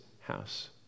house